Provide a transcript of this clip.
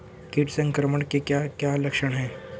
कीट संक्रमण के क्या क्या लक्षण हैं?